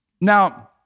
Now